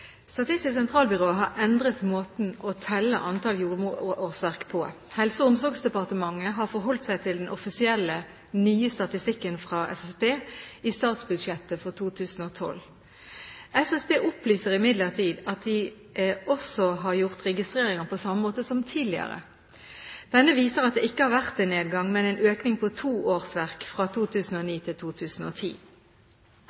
Statistisk sentralbyrå har endret måten å telle antallet jordmorårsverk på. Helse- og omsorgsdepartementet har forholdt seg til den offisielle, nye statistikken fra SSB i statsbudsjettet for 2012. SSB opplyser imidlertid at de også har gjort registreringer på samme måte som tidligere. Denne viser at det ikke har vært en nedgang, men en økning på to årsverk fra 2009